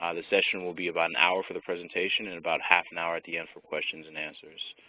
ah the session will be about an hour for the presentation and about half an hour at the end for questions and answers.